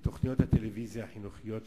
בתוכניות הטלוויזיה החינוכיות שלנו,